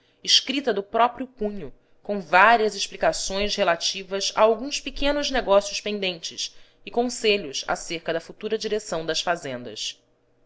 escrita do próprio punho com várias explicações relativas a alguns pequenos negócios pendentes e conselhos acerca da futura direção das fazendas